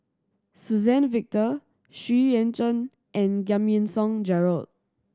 Suzann Victor Xu Yuan Zhen and Giam Yean Song Gerald